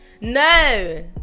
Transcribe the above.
No